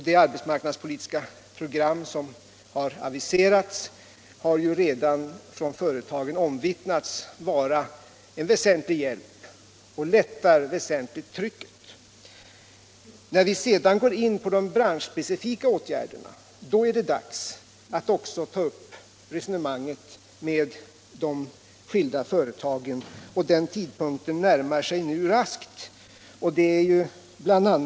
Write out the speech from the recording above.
Det arbetsmarknadspolitiska program som aviserats har ju redan av företagen omvittnats vara en väsentlig hjälp och väsentligt lättat trycket. När vi sedan går in på de branschspecifika åtgärderna är det dags att också ta upp resonemanget med de skilda företagen. Den tidpunkten Allmänpolitisk debatt Allmänpolitisk debatt närmar sig raskt. Bl.